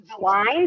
lines